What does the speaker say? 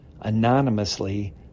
anonymously